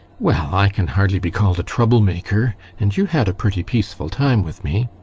well, i can hardly be called a troublemaker, and you had a pretty peaceful time with me.